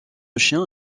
chien